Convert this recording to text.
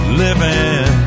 living